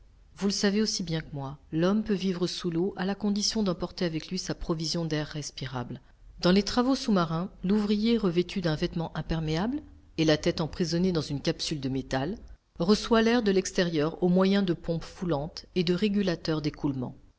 vous le savez aussi bien que moi l'homme peut vivre sous l'eau à la condition d'emporter avec lui sa provision d'air respirable dans les travaux sous-marins l'ouvrier revêtu d'un vêtement imperméable et la tête emprisonnée dans une capsule de métal reçoit l'air de l'extérieur au moyen de pompes foulantes et de régulateurs d'écoulement